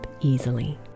easily